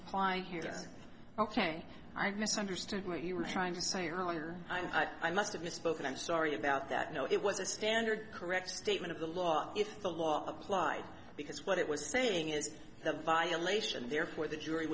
apply here ok i misunderstood what you were trying to say earlier i must have misspoken i'm sorry about that no it was a standard correct statement of the law if the law applied because what it was saying is the violation therefore the jury